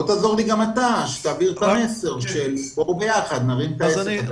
תעזור לי להעביר את המסר כדי שביחד נרים את העסק הזה.